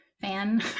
fan